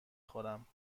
خورم